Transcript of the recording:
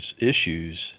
issues